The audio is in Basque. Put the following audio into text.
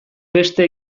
beste